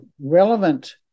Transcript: relevant